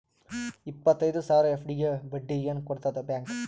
ಇಪ್ಪತ್ತೈದು ಸಾವಿರ ಎಫ್.ಡಿ ಗೆ ಬಡ್ಡಿ ಏನ ಕೊಡತದ ಬ್ಯಾಂಕ್?